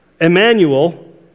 Emmanuel